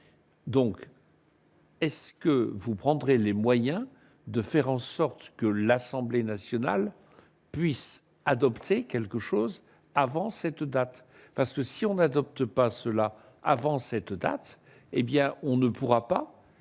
donc est-ce que vous prendrez les moyens de faire en sorte que l'Assemblée nationale puisse adopter quelque chose avant cette date, parce que si on n'adopte pas cela avant cette date, hé bien on ne pourra pas